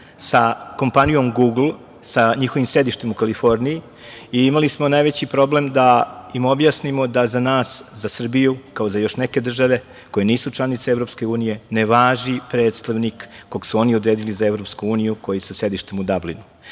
sa kompanijom Gugl, sa njihovim sedištem u Kaliforniji i imali smo najveći problem da im objasnimo da za nas, za Srbiju, kao i za još neke države koje nisu članice Evropske unije, ne važi predstavnik kog su oni odredili za Evropsku uniju koji je sa sedištem u Dabliju. Kada